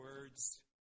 words